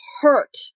hurt